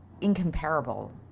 incomparable